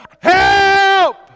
help